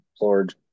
Lord